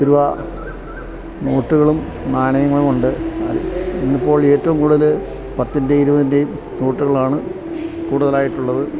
പത്തു രുപാ നോട്ടുകളും നാണയങ്ങളുമുണ്ട് ഇന്നിപ്പോൾ ഏറ്റവും കൂടുതല് പത്തിൻ്റെയും ഇരുപതിൻ്റെയും നോട്ടുകളാണു കൂടുതലായിട്ടുള്ളത്